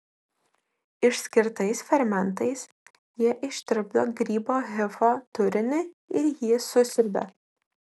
išskirtais fermentais jie ištirpdo grybo hifo turinį ir jį susiurbia